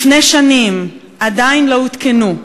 לפני שנים, עדיין לא נעשו,